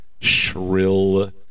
shrill